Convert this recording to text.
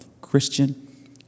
Christian